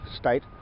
state